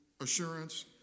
assurance